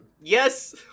Yes